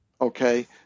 Okay